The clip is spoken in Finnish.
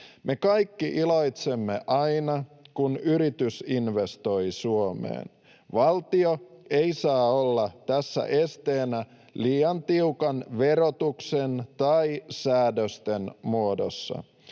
Me kaikki iloitsemme aina, kun yritys investoi Suomeen. Valtio ei saa olla tässä esteenä liian tiukan verotuksen tai säädösten muodossa.